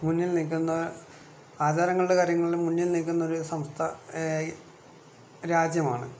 മുന്നിൽ നിൽക്കുന്ന ആചാരങ്ങളുടെ കാര്യങ്ങളിൽ മുന്നിൽ നിൽക്കുന്നൊരു സംസ്ഥാ രാജ്യമാണ്